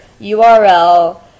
URL